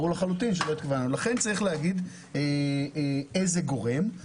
לכן צריך להגיד איזה גורם.